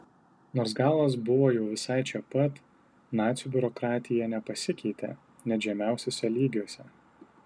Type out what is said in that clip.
nors galas buvo jau visai čia pat nacių biurokratija nepasikeitė net žemiausiuose lygiuose